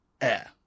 air